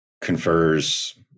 confers